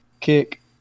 kick